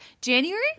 January